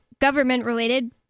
government-related